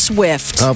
Swift